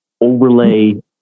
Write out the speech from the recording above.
overlay